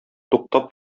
туктап